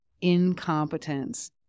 incompetence